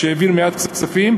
כשהעביר מעט כספים,